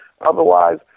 Otherwise